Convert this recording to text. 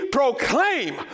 proclaim